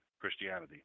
Christianity